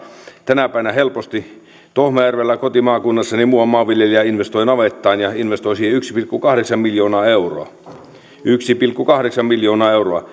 tänä päivänä helposti paljon tohmajärvellä kotimaakunnassani muuan maanviljelijä investoi navettaan ja investoi siihen yksi pilkku kahdeksan miljoonaa euroa yksi pilkku kahdeksan miljoonaa euroa